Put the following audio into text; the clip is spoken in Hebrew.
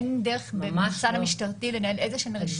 אין דרך בצד המשטרתי לנהל איזה שהן רשומות?